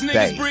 day